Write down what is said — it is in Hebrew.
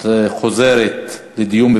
(שירות כלוחם כשיקול לכשירות מאבטח),